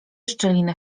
szczelinę